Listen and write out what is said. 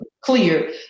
clear